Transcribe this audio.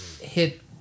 hit